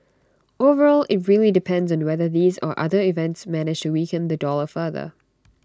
overall IT really depends on whether these or other events manage to weaken the dollar further